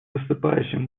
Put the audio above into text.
выступающим